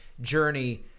journey